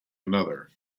another